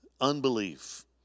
unbelief